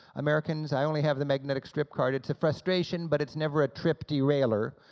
americans i only have the magnetic strip card, it's a frustration but it's never a trip de-railer.